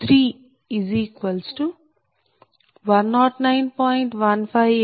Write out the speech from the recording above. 1586 4120